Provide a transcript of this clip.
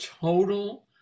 total